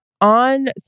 On